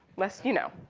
less you know.